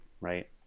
Right